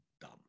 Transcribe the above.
dumb